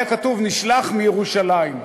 היה כתוב "נשלח מירושלים",